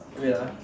wait ah